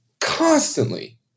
constantly